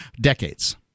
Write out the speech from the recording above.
decades